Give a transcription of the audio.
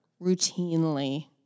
routinely